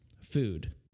food